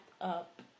up